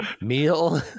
meal